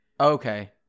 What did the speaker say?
Okay